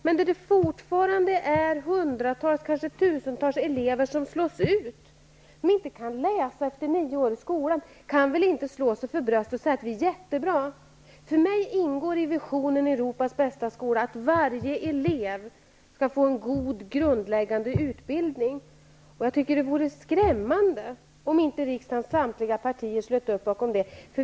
Men det finns fortfarande hundratals, ja kanske tusentals, elever som slussas ut och som inte kan läsa efter nio år i skolan. Vi kan väl då inte slå oss för bröstet och säga att vi är jättebra? För mig ingår i visionen Europas bästa skola att varje elev skall få en god grundläggande utbildning. Det vore skrämmande om inte riksdagens samtliga partier slöt upp bakom detta.